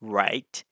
right